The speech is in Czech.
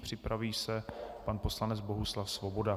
Připraví se pan poslanec Bohuslav Svoboda.